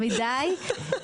זה גבוה מדי,